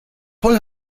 voll